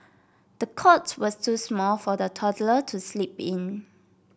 the cot was too small for the toddler to sleep in